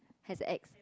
has ex